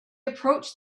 approached